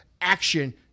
action